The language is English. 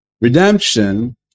Redemption